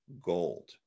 Gold